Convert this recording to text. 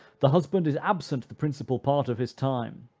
the husband is absent the principal part of his time,